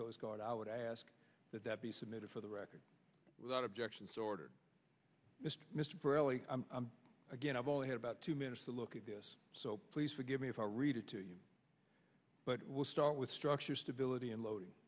coast guard i would ask that that be submitted for the record without objection stored mr fairlie again i've only had about two minutes to look at this so please forgive me if i read it to you but we'll start with structure stability and loading